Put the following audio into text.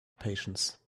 patience